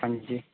ਹਾਂਜੀ